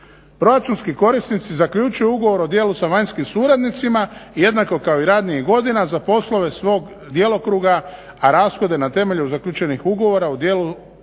Proračunski korisnici zaključuju ugovor o djelu sa vanjskim suradnicima jednako kao i ranijih godina za poslove svog djelokruga, a rashode na temelju zaključenih ugovora o djelu od